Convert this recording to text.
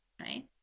right